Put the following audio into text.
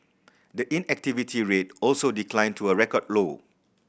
the inactivity rate also declined to a record low